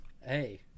hey